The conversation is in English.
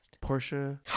Portia